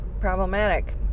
problematic